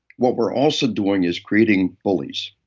what we're also doing is creating bullies,